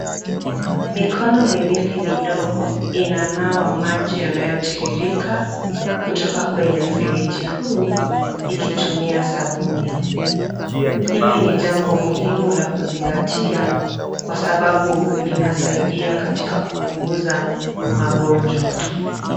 Mikono miwili midogo inanawa maji yanayotiririka kutoka kwenye mfereji huu, ikitumia sabuni. Hili ni jambo muhimu la kuzingatia, kwa sababu linasaidia katika kupunguza magonjwa.